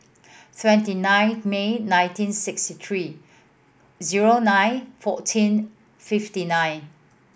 twenty nine May nineteen sixty three zero nine fourteen fifty nine